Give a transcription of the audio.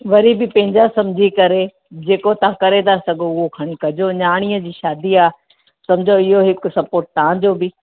वरी बि पैंजा सम्झी करे जेको तां करे ता सघो उहो खणी कजो न्याणीअ शादी आ सम्झो हीअ हिकु स्पोर्ट तांजो बि